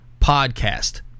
podcast